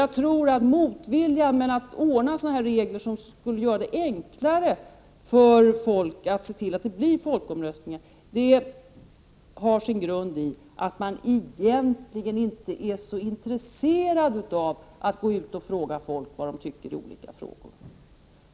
Jag tror att motviljan att införa regler som skulle göra det enklare för folk att se till att det blir folkomröstningar har sin grund i att man egentligen inte är så intresserad av att gå ut och ta reda på vad folk anser i olika frågor.